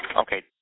Okay